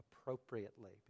appropriately